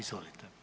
Izvolite.